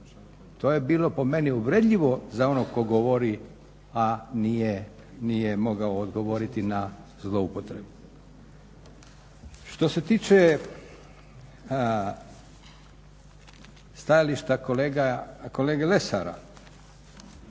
to je bilo po meni uvredljivo za onoga tko govori, a nije mogao odgovoriti na zloupotrebu. Što se tiče stajališta kolege Lesara,